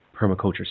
Permaculture